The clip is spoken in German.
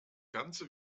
ganze